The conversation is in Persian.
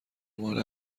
مال